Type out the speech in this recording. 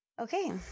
Okay